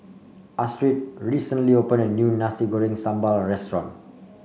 Astrid recently opened a new Nasi Goreng Sambal Restaurant